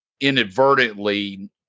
inadvertently